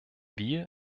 wir